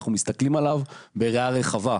אנחנו מסתכלים עליו בראייה רחבה,